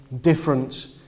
different